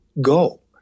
Go